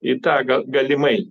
į tą gal galimai